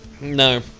No